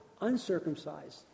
uncircumcised